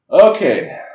Okay